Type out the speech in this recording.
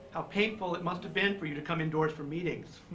how painful it must have been for you to come indoors for meetings,